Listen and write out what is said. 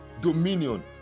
dominion